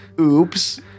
Oops